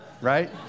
right